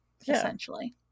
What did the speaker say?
essentially